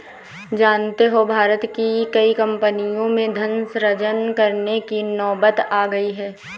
जानते हो भारत की कई कम्पनियों में धन सृजन करने की नौबत आ गई है